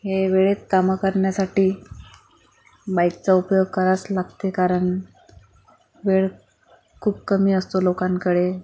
हे वेळेत कामं करण्यासाठी बाइकचा उपयोग करावाच लागतो कारण वेळ खूप कमी असतो लोकांकडे